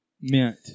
meant